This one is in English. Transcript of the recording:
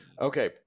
Okay